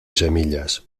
semillas